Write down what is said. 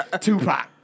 Tupac